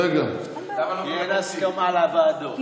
כי אין הסכמה על הוועדות.